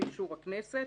באישור הכנסת,